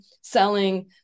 selling